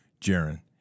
Jaron